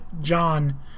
John